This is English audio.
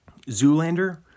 Zoolander